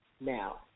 now